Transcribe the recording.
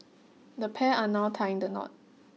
the pair are now tying the knot